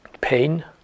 pain